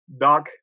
Doc